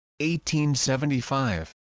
1875